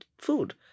food